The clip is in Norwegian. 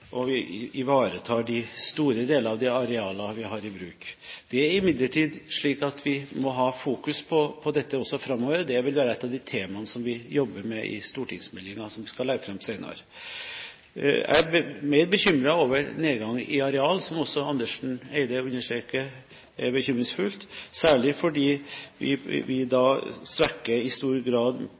opprettholder vi – og faktisk øker – selvforsyningen og ivaretar store deler av de arealene vi har i bruk. Det er imidlertid slik at vi må ha fokus på dette også framover. Det vil være ett av de temaene vi jobber med i stortingsmeldingen som vi skal legge fram senere. Jeg er mer bekymret over nedgangen i areal, som også Andersen Eide understreket er bekymringsfull, særlig fordi vi da i stor grad